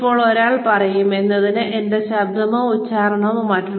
ഇപ്പോൾ ഒരാൾ പറയും എന്തിന് നമ്മുടെ ശബ്ദമോ ഉച്ചാരണമോ മാറ്റണം